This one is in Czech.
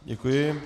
Děkuji.